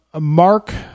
Mark